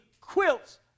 quilts